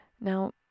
Now